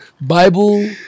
Bible